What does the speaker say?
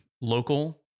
local